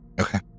Okay